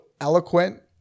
eloquent